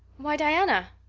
why, diana,